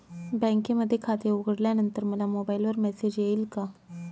बँकेमध्ये खाते उघडल्यानंतर मला मोबाईलवर मेसेज येईल का?